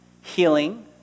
Healing